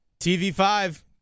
TV5